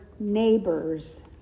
Neighbors